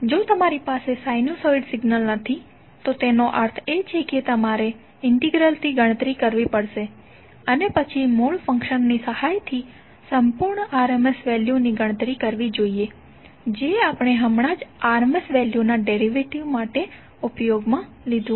જો તમારી પાસે સાઇનોસોઈડ સિગ્નલ નથી તો તેનો અર્થ એ કે તમારે ઇન્ટિગ્રલ થી ગણતરી કરવી પડશે અને પછી મૂળ ફંક્શનની સહાયથી સંપૂર્ણ RMS વેલ્યુની ગણતરી કરવી જોઈએ જે આપણે હમણાં જ RMS વેલ્યુના ડેરિવેશન માટે ઉપયોગમા લીધુ